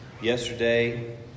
Yesterday